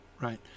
Right